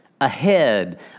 ahead